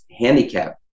handicap